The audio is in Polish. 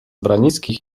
branickich